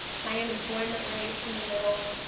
high unemployment rates in the middle.